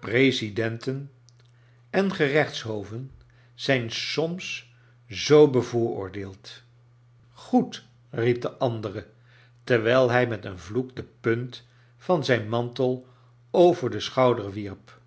presidenten en gerechtshoven zijn soms zoo bevooroordeeld goedr riep de andere terwijl hij met een vloek de punt van zijn mantel over den schouder wierp